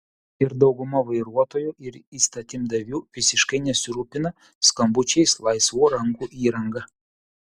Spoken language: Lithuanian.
ir dauguma vairuotojų ir įstatymdavių visiškai nesirūpina skambučiais laisvų rankų įranga